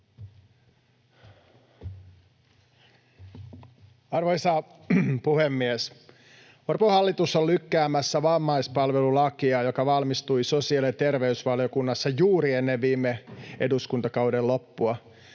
Arvoisa puhemies! Orpon hallitus on lykkäämässä vammaispalvelulakia, joka valmistui sosiaali- ja terveysvaliokunnassa juuri ennen viime eduskuntakauden loppua.